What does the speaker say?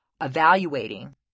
evaluating